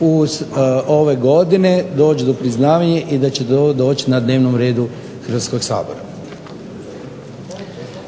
će ove godine doći do priznavanja i da će doći na dnevnom redu Hrvatskog sabora.